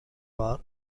war